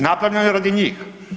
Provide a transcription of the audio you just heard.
Napravljeno je radi njih.